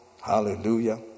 hallelujah